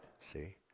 see